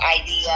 idea